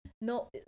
no